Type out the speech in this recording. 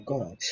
God